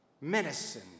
medicine